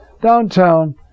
Downtown